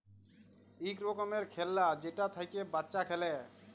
ইক রকমের খেল্লা যেটা থ্যাইকে বাচ্চা খেলে